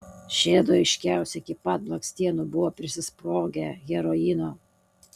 šiedu aiškiausiai iki pat blakstienų buvo prisisprogę heroino